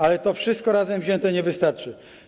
Ale to wszystko razem wzięte nie wystarczy.